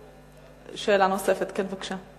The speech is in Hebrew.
שאלה נוספת, כן, בבקשה.